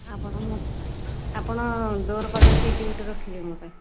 ଆପଣ ଆପଣ ଡୋର ପାଖ ସିଟ ଗୋଟିଏ ରଖିବେ ମୋ' ପାଇଁ